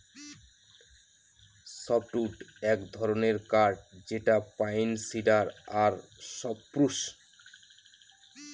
softwood এক ধরনের কাঠ যেটা পাইন, সিডার আর সপ্রুস